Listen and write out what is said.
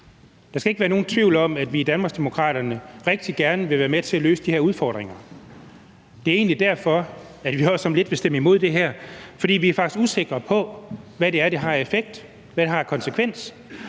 Der skal ikke være nogen tvivl om, at vi i Danmarksdemokraterne rigtig gerne være med til at løse de her udfordringer. Det er egentlig derfor, at vi om lidt også vil stemme imod det her forslag. For vi er faktisk usikre på, hvad det har for en effekt, og hvad det har af konsekvenser.